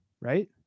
right